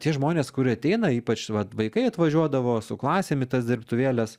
tie žmonės kurie ateina ypač vat vaikai atvažiuodavo su klasėm į tas dirbtuvėles